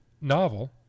novel